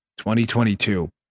2022